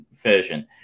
version